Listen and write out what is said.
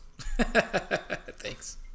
Thanks